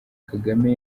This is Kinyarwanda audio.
kagame